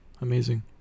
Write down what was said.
Amazing